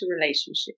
relationship